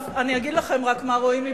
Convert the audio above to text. עכשיו אני אגיד לכם רק מה רואים מבחוץ.